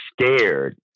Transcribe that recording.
scared